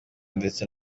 ndetse